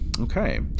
okay